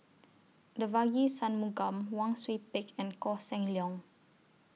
Devagi Sanmugam Wang Sui Pick and Koh Seng Leong